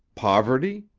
poverty?